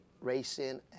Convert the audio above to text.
racing